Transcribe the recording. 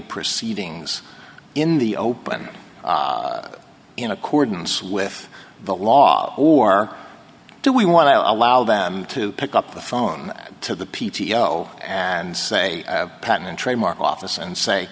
proceedings in the open in accordance with the law or do we want to allow them to pick up the phone to the p t o and say patent and trademark office and say